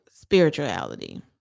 spirituality